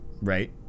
right